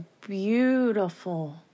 beautiful